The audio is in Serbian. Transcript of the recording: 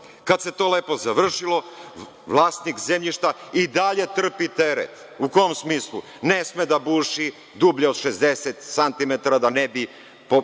kad se to lepo završilo vlasnik zemljišta i dalje trpi teret. U kom smislu? Ne sme da buši dublje od 60 santimetara,